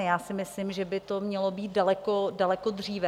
Já si myslím, že by to mělo být daleko dříve.